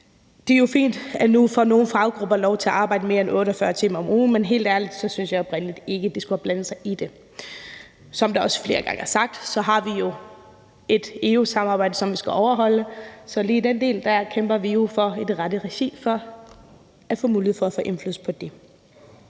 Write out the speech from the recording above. Det er jo fint, at nogle faggrupper nu får lov til at arbejde mere end 48 timer om ugen, men helt ærligt synes jeg ikke, de oprindelig skulle have blandet sig i det. Som det også flere gange er blevet sagt, har vi jo et EU-samarbejde, som vi skal overholde, så lige den del kæmper vi i det rette regi for at få mulighed for at få indflydelse på.